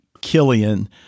Killian